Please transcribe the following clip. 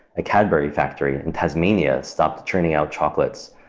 a cadbury factory in tasmania stopped turning out chocolates.